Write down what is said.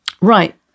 Right